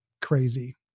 crazy